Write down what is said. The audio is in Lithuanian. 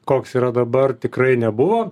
koks yra dabar tikrai nebuvo